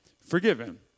forgiven